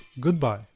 goodbye